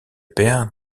père